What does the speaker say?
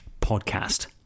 podcast